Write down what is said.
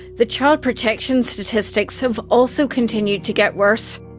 the child protection statistics have also continued to get worse.